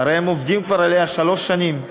הרי הם עובדים עליה כבר שלוש שנים.